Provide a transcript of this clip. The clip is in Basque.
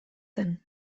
zen